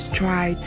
try